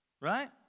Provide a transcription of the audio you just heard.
right